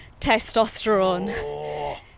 testosterone